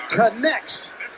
connects